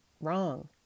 Wrong